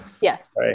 Yes